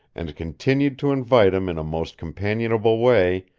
and continued to invite him in a most companionable way,